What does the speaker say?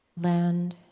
land